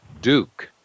duke